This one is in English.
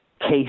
case